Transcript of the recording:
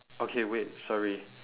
okay wait sorry